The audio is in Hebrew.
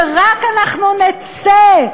שרק אנחנו נצא,